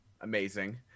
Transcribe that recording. amazing